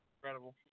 Incredible